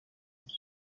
iki